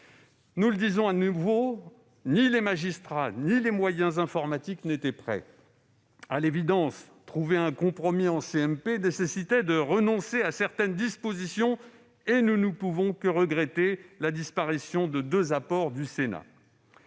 Nous le disons de nouveau : ni les magistrats ni les moyens informatiques n'étaient prêts. À l'évidence, trouver un compromis en commission mixte paritaire nécessitait de renoncer à certaines dispositions, et nous ne pouvons que regretter la disparition de deux apports du Sénat.